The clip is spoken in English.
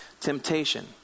temptation